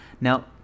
now